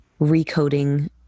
recoding